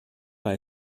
war